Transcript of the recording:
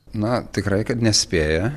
na tikrai kad nespėja